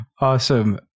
Awesome